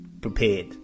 prepared